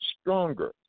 stronger